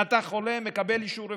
אתה חולה, מקבל אישור רפואי,